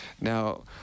Now